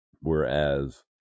whereas